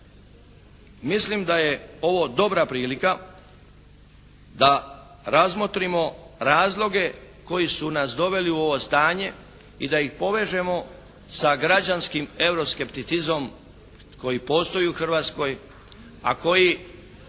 mislim da je ovo dobra prilika da razmotrimo razloge koji su nas doveli u ovo stanje i da ih povežemo sa građanskim euroskepticizmom koji postoji u Hrvatskoj, a koji